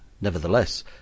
Nevertheless